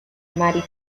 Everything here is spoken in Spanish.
marie